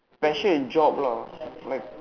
passion and job lah like